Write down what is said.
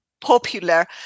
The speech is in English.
popular